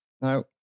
Now